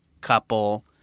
couple